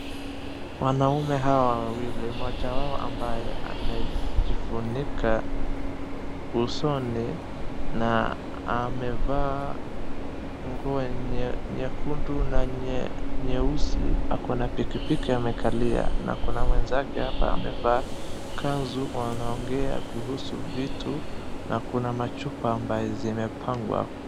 Wanaume hawa wawili mmoja wao ambaye amejifunika usoni na amevaa nguo nyekundu na nyeusi akona pikipiki amekalia na kuna mwenzake hapa amevaa kanzu anaongea kuhusu vitu na kuna machupa zimepangwa hapo.